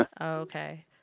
Okay